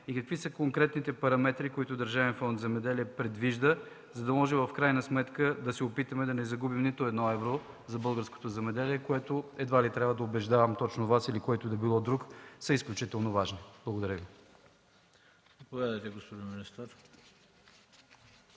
и какви са конкретните параметри, които Държавен фонд „Земеделие” предвижда, за да може в крайна сметка да се опитаме да не загубим нито едно евро за българското земеделие, които, едва ли трябва да убеждавам точно Вас или който и да било друг, са изключително важни. Благодаря Ви.